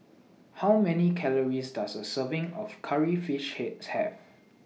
How Many Calories Does A Serving of Curry Fish Head Have